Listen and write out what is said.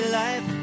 life